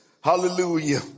hallelujah